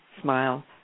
smile